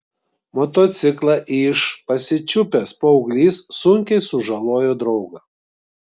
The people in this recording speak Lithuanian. motociklą iž pasičiupęs paauglys sunkiai sužalojo draugą